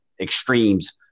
extremes